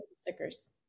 stickers